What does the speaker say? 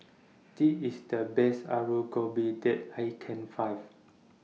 The IS The Best Alu Gobi that I Can Find